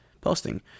posting